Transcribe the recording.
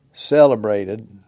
Celebrated